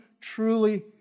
truly